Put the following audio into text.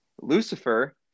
Lucifer